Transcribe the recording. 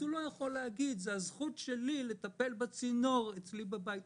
אז הוא לא יכול להגיד שזו הזכות שלו לטפל בצינור אצלו בבית,